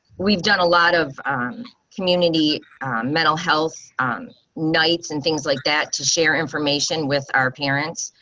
we've done a lot of community mental health um nights and things like that to share information with our parents,